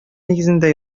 нигезендә